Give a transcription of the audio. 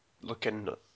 looking